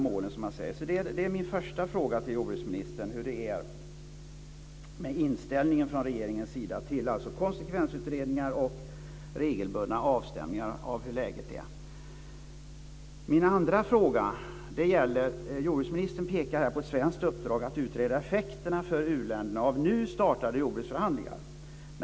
Min första fråga till jordbruksministern är vad regeringen har för inställning till konsekvensutredningar och regelbundna avstämningar av hur läget är. För det andra pekade jordbruksministern på ett svenskt uppdrag att utreda effekterna för u-länderna av nu startade jordbruksförhandlingar.